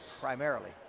primarily